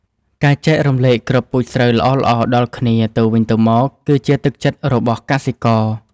ការចែករំលែកគ្រាប់ពូជស្រូវល្អៗដល់គ្នាទៅវិញទៅមក គឺជាទឹកចិត្តរបស់កសិករ។